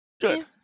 Good